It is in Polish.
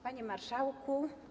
Panie Marszałku!